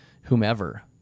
whomever